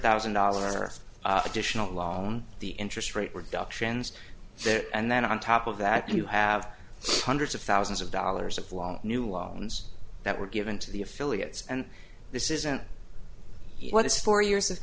thousand dollar additional law the interest rate reductions there and then on top of that you have hundreds of thousands of dollars of law new loans that were given to the affiliates and this isn't what is four years of